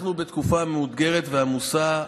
אנחנו בתקופה מאותגרת ועמוסה,